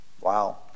wow